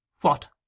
What